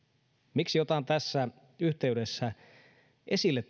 miksi otan tässä yhteydessä esille